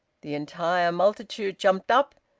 the entire multitude jumped up,